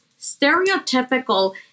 stereotypical